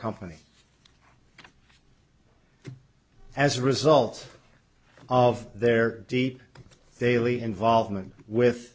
company as a result of their deep daily involvement with